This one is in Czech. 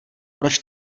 proč